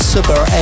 Super